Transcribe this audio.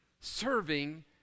Serving